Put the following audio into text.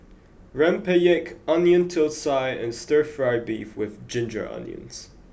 Rempeyek onion Thosai and stir fry beef with ginger onions